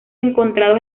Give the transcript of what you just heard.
encontrados